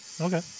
Okay